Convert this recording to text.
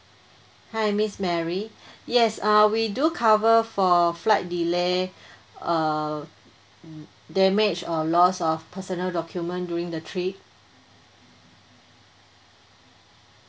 hi miss mary yes uh we do cover for flight delay uh damage or loss of personal document during the trip